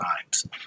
times